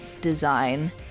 design